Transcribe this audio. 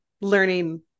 learning